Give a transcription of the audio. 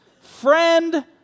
friend